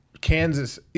kansas